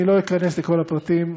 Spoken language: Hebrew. אני לא אכנס לכל הפרטים,